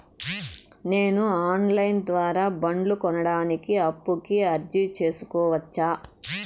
నేను online ద్వారా బండ్లు కొనడానికి అప్పుకి అర్జీ సేసుకోవచ్చా?